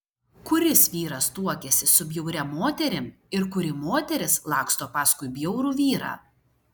kuris vyras tuokiasi su bjauria moterim ir kuri moteris laksto paskui bjaurų vyrą